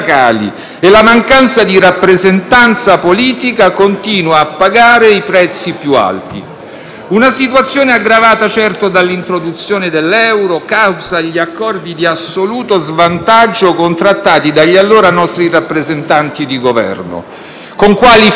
Una situazione aggravata certo dall'introduzione dell'euro, causa gli accordi di assoluto svantaggio contrattati dagli allora nostri rappresentanti di Governo, con quegli effetti finali drammatici sulle retribuzioni citati dal Presidente del Consiglio, come